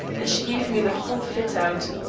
and she gave me the whole fit-out.